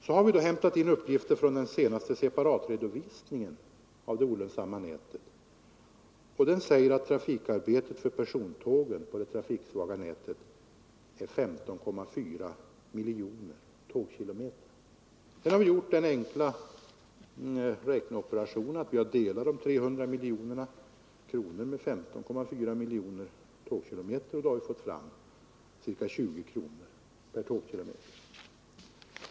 Vi har hämtat in uppgifter från den senaste separatredovisningen, och de säger att trafikarbetet för persontågen på det trafiksvaga nätet är 15,4 miljoner tågkilometer. Nu har vi gjort den enkla räkneoperationen att vi har delat 300 miljoner kronor med 15,4 miljoner tågkilometer, och då har vi fått ca 20 kronor per tågkilometer.